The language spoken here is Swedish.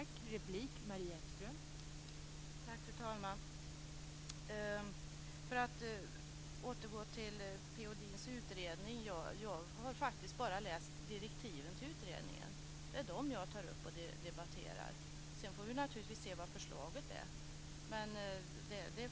Fru talman! För att återgå till P-O Edins utredning, så har jag faktiskt bara läst direktiven till utredningen. Det är de som jag tar upp och debatterar. Sedan får vi naturligtvis se vad förslaget blir.